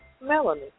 Melanie